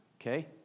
Okay